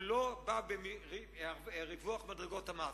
הוא לא בא בריווח מדרגות המס.